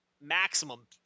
maximum